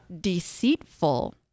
Deceitful